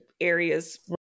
areas